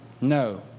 No